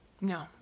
No